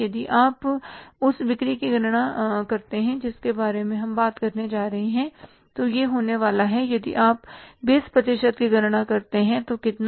यदि आप उस बिक्री की मात्रा की गणना करते हैं जिसके बारे में हम बात करने जा रहे हैं तो यह होने वाली है यदि आप 20 प्रतिशत की गणना करते हैं तो कितना